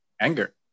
Anger